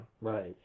Right